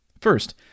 First